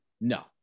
No